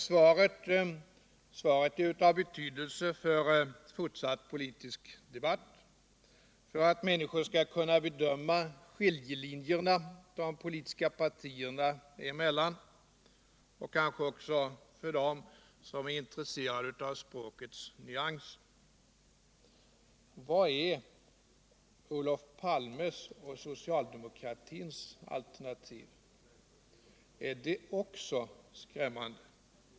Svaret är av betydelse i en fortsatt politisk debatt för att människor skall kunna bedöma skiljelinjerna de politiska partierna emellan, och det kanske också är av betydelse för dem som är intresserade av språkets nyanser: Vad är Olof Palmes och socialdemokratins alternativ? Är det också skrämmande?